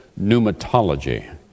pneumatology